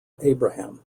abraham